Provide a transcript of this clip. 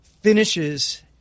finishes